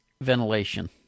Ventilation